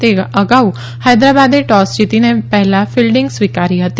તે અગાઉ હૈદરાબાદે ટોસ જીતીને પહેલાં ફિલ્ડિંગ સ્વીકારી હતી